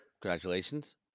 Congratulations